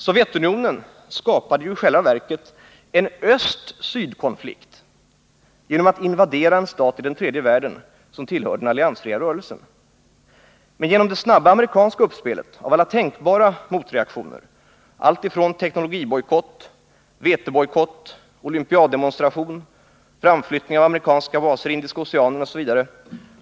Sovjetunionen skapade i själva verket en östsyd-konflikt genom att invadera en stat i den tredje världen som tillhör den alliansfria rörelsen. Genom det snabba amerikanska uppspelet av alla tänkbara motreaktioner — allt ifrån teknologibojkott, vetebojkott, olympiaddemonsstration, framflyttning av amerikanska baser i Indiska oceanen etc.